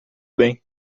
bem